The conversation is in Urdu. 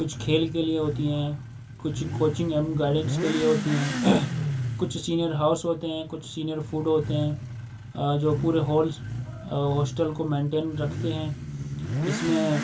کچھ کھیل کے لیے ہوتی ہیں کچھ کوچنگ ایم گارڈنس کے لیے ہوتی ہیں کچھ سینئر ہاؤس ہوتے ہیں کچھ سینئر فوڈ ہوتے ہیں جو پورے ہالس ہاسٹل کو مینٹین رکھتے ہیں اس میں